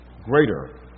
greater